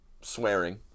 swearing